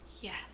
Yes